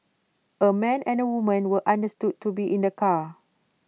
A man and A woman were understood to be in the car